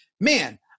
man